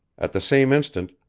at the same instant,